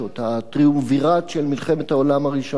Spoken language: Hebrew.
הטריאומווירט של מלחמת העולם הראשונה,